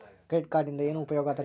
Credit ಕಾರ್ಡಿನಿಂದ ಏನು ಉಪಯೋಗದರಿ?